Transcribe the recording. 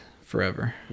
forever